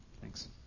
Thanks